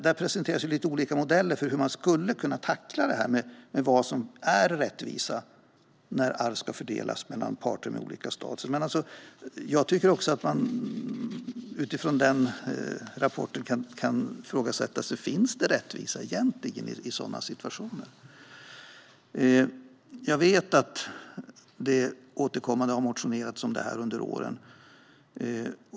Där presenteras lite olika modeller för hur man skulle kunna tackla det här med vad som är rättvisa när arv ska fördelas mellan parter med olika status. Men utifrån den rapporten tycker jag också att man kan ifrågasätta om det egentligen finns någon rättvisa i sådana situationer. Jag vet att det återkommande har motionerats om det här under åren.